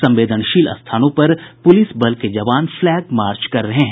संवेदनशील स्थानों पर पुलिस बल के जवान फ्लैग मार्च कर रहे हैं